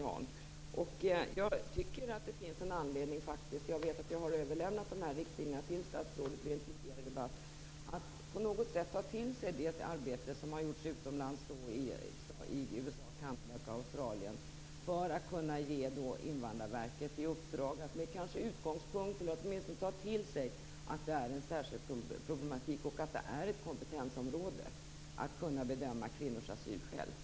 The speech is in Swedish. Jag vet att jag har överlämnat riktlinjerna till statsrådet vid en tidigare debatt. Jag tycker att det finns anledning att ta till sig det arbete som har gjorts utomlands - i USA, Kanada och Australien. Då kan vi ge Invandrarverket i uppdrag att ta till sig det faktum att det är en särskild problematik och att bedömningen av kvinnors asylskäl är ett kompetensområde.